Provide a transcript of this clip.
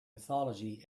mythology